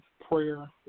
prayer